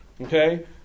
okay